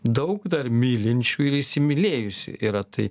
daug dar mylinčių ir įsimylėjusi yra tai